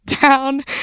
down